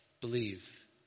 Believe